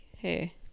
hey